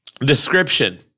description